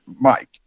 Mike